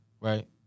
Right